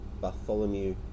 Bartholomew